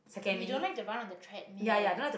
we don't like the one on the treadmill